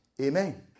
Amen